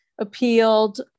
appealed